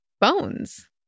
bones